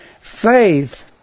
Faith